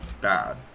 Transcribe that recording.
bad